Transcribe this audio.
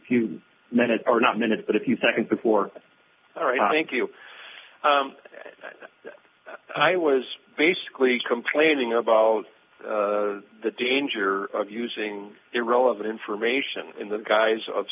few minutes are not minutes but if you think before all right thank you i was basically complaining about the danger of using irrelevant information in the guise of